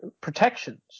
protections